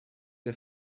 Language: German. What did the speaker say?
der